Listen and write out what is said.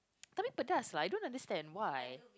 tapi pedas lah I don't understand why